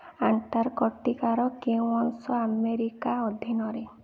ଆଣ୍ଟାର୍କଟିକାର କେଉଁ ଅଂଶ ଆମେରିକା ଅଧୀନରେ